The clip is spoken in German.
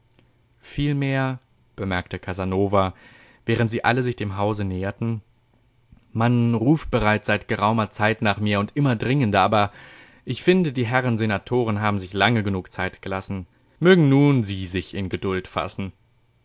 vielmehr bemerkte casanova während sie alle sich dem hause näherten man ruft bereits seit geraumer zeit nach mir und immer dringender aber ich finde die herren senatoren haben sich lange genug zeit gelassen mögen nun sie sich in geduld fassen